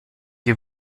die